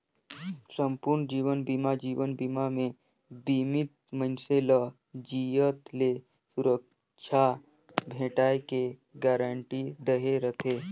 संपूर्न जीवन बीमा जीवन बीमा मे बीमित मइनसे ल जियत ले सुरक्छा भेंटाय के गारंटी दहे रथे